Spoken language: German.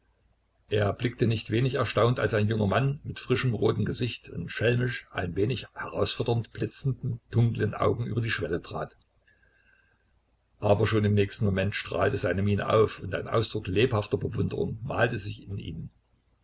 er blickte nicht wenig erstaunt als ein junger mann mit frischem rotem gesicht und schelmisch ein wenig herausfordernd blitzenden dunklen augen über die schwelle trat aber schon im nächsten moment strahlte seine miene auf und ein ausdruck lebhafter bewunderung malte sich in ihnen